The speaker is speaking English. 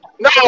No